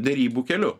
derybų keliu